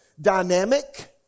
dynamic